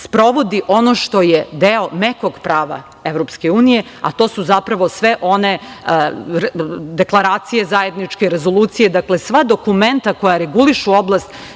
sprovodi ono što je deo mekog prava EU, a to su zapravo sve one zajedničke deklaracije, rezolucije, sva dokumenta koja regulišu oblast